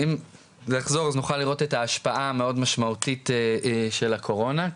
שאפשר לראות את ההשפעה המאוד משמעותית של הקורונה.